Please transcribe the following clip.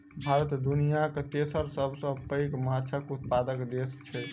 भारत दुनियाक तेसर सबसे पैघ माछक उत्पादक देस छै